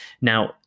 Now